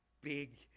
big